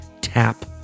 tap